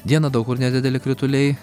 dieną daug kur nedideli krituliai